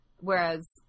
Whereas